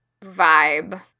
vibe